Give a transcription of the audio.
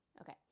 Okay